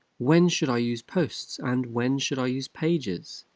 when should i use posts? and when should i use pages?